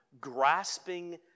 grasping